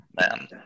Man